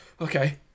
Okay